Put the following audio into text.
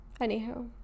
Anyhow